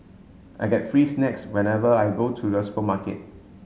I get free snacks whenever I go to the supermarket